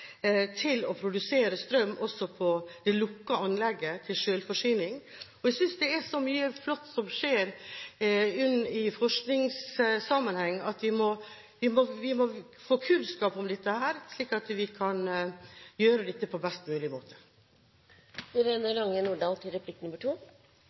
til å produsere strøm også på det lukkede anlegget til selvforsyning. Jeg synes det er så mye flott som skjer i forskningssammenheng, at vi må få kunnskap om dette, slik at vi kan gjøre dette på best mulig måte.